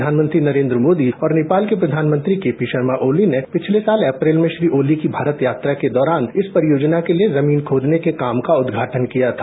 प्रधानमंत्री नरेन्द्र मोदी और नेपाल के प्रधानमंत्री केपीशर्मा ओली ने पिछले साल अप्रैल में श्री ओली की भारत यात्रा के दौरान इस परियोजना के लिए जमीन खोदने के काम का उद्घाटन किया था